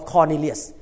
Cornelius